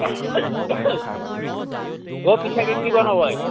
অ' পিঠা কেনেকৈ বনায়